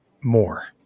more